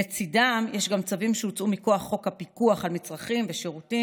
לצידם יש גם צווים שהוצאו מכוח חוק הפיקוח על מצרכים ושירותים,